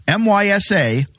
MYSA